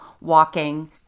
walking